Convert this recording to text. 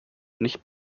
nicht